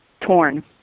torn